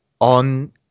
on